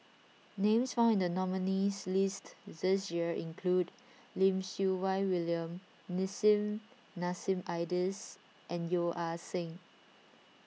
names found nominees' list this year include Lim Siew Wai William Nissim Nassim Adis and Yeo Ah Seng